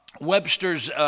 Webster's